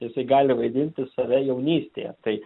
jisai gali vaidinti save jaunystėje tai